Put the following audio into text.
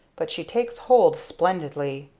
but she takes hold splendidly.